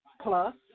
plus